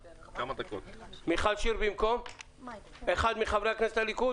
מיכל שיר במקום מאי גולן.